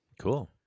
Cool